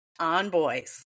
onboys